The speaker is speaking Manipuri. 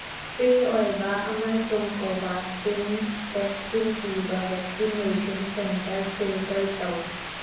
ꯐ꯭ꯔꯤ ꯑꯣꯏꯕ ꯑꯃꯁꯨꯡ ꯀꯣꯕꯥꯁꯤꯟ ꯚꯦꯛꯁꯤꯟ ꯄꯤꯕ ꯚꯦꯛꯁꯤꯅꯦꯁꯟ ꯁꯦꯟꯇꯔ ꯐꯤꯜꯇꯔ ꯇꯧ